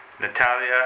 Natalia